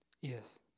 Yes